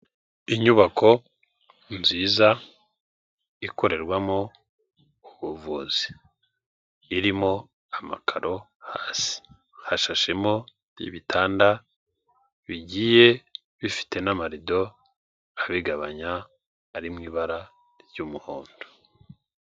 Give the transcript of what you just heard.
Inyubako nziza ikorerwamo ubuvuzi, irimo amakaro hasi, hashashemo ibitanda bigiye bifite n'amarido abigabanya ari mu ibara ry'umuhondo.